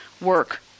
work